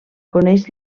coneix